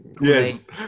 Yes